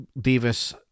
Davis